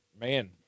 Man